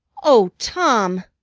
o tom!